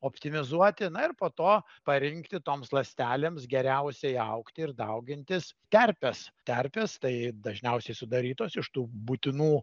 optimizuoti ir po to parinkti toms ląstelėms geriausiai augti ir daugintis terpes terpės tai dažniausiai sudarytos iš tų būtinų